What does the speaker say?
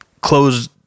close